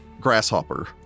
grasshopper